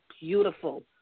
beautiful